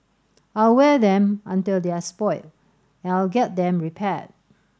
I'll wear them until they're spoilt and I'll get them repaired